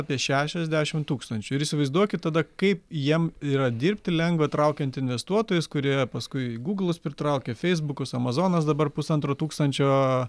apie šešiasdešim tūkstančių ir įsivaizduokit tada kaip jiem yra dirbti lengva traukiant investuotojus kurie paskui guglus pritraukia feisbukus amazonas dabar pusantro tūkstančio